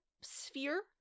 sphere